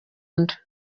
nda